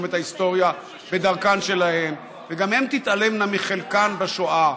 את ההיסטוריה בדרכן שלהן וגם הן תתעלמנה מחלקן בשואה,